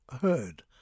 heard